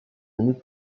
années